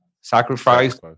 sacrifice